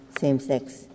same-sex